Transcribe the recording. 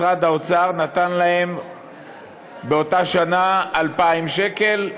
משרד האוצר נתן להם באותה שנה 2,000 שקל,